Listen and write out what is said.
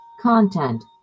Content